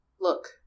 Look